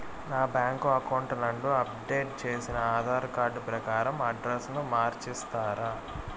నా bank account నందు update చేసిన ఆధార్ కార్డు ప్రకారం అడ్రస్ ను మార్చిస్తారా?